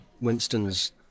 Winston's